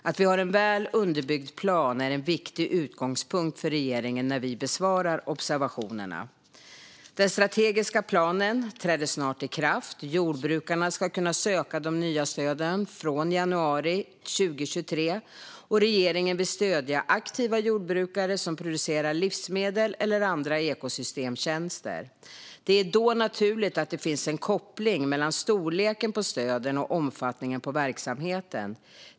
Att vi har en väl underbyggd plan är en viktig utgångspunkt för regeringen när vi besvarar observationerna. Den strategiska planen träder snart i kraft. Jordbrukarna ska kunna söka de nya stöden från januari 2023. Regeringen vill stödja aktiva jordbrukare som producerar livsmedel eller andra ekosystemtjänster. Det är då naturligt att det finns en koppling mellan storleken på stöden och omfattningen på verksamheten.